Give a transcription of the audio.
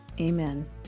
Amen